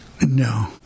No